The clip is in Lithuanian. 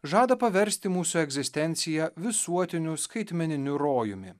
žada paversti mūsų egzistenciją visuotiniu skaitmeniniu rojumi